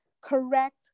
correct